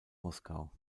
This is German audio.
moskau